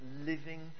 living